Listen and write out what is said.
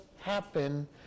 happen